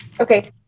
Okay